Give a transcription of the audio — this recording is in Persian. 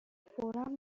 فورا